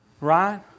Right